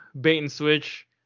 bait-and-switch